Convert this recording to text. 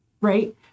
right